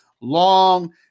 Long